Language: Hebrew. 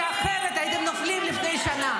כי אחרת הייתם נופלים לפני שנה.